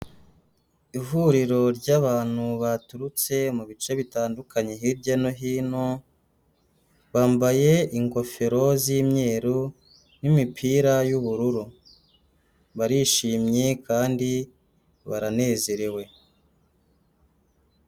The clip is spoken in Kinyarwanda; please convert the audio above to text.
Ihuriro ry'abantu baturutse mu bice bitandukanye hirya no hino, bambaye ingofero z'imyeru n'imipira y'ubururu, barishimye kandi baranezerewe.